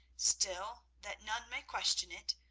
still, that none may question it,